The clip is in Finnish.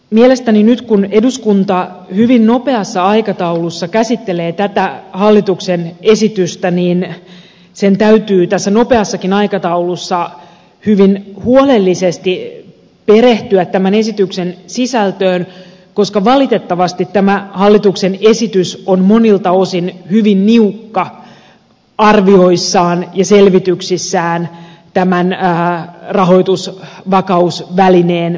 mielestäni nyt kun eduskunta hyvin nopeassa aikataulussa käsittelee tätä hallituksen esitystä sen täytyy tässä nopeassakin aikataulussa hyvin huolellisesti perehtyä tämän esityksen sisältöön koska valitettavasti tämä hallituksen esitys on monilta osin hyvin niukka arvioissaan ja selvityksissään tämän rahoitusvakausvälineen uudistamisesta